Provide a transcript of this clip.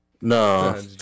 No